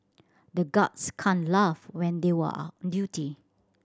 the guards can't laugh when they were on duty